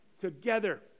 together